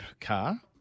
car